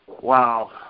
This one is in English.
Wow